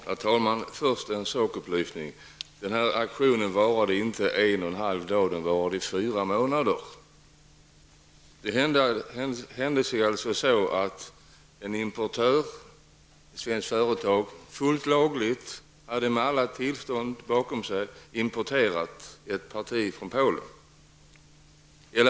Herr talman! Först en sakupplysning. Den här aktionen varade inte en och en halv dag utan fyra månader. En importör, ett svenskt företag, hade fullt lagligt med alla tillstånd bakom sig, importerat ett parti från Polen.